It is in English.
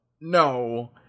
no